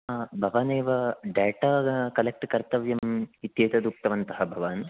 आ भवानेव data collect कर्तव्यम् इत्येतदुक्तवन्तः भवान्